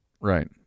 Right